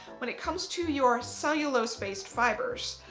when it comes to your cellulose-based fibres,